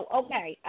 okay